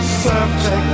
perfect